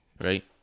right